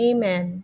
Amen